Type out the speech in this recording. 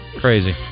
Crazy